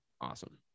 awesome